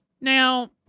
Now